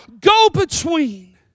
go-between